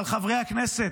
אבל חברי הכנסת,